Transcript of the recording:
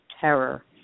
Terror